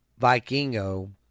Vikingo